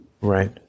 Right